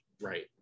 right